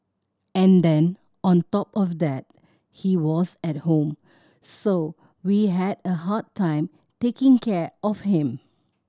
and then on top of that he was at home so we had a hard time taking care of him